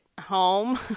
home